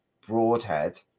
Broadhead